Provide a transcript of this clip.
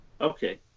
Okay